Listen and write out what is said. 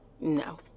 no